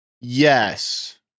yes